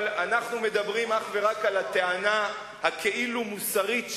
אבל אנחנו מדברים אך ורק על הטענה הכאילו-מוסרית שלה,